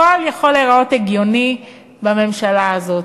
הכול יכול להיראות הגיוני בממשלה הזאת.